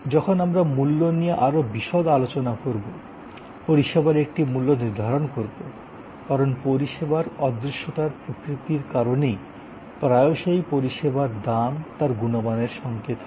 যখন আমরা মূল্য নিয়ে আরও বিশদ আলোচনা করবো পরিষেবার একটি মূল্য নির্ধারণ করবো কারণ পরিষেবার অদৃশ্যতার প্রকৃতির কারণে প্রায়শই পরিষেবার দাম তার গুণমানের সংকেত হয়